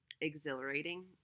exhilarating